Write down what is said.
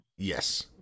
Yes